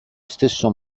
stesso